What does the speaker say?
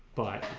but.